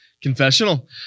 confessional